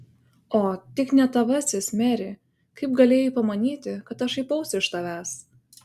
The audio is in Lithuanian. o tik ne tavasis meri kaip galėjai pamanyti kad aš šaipausi iš tavęs